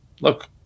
look